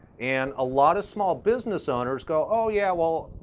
and a lot of small business owners go, oh, yeah, well,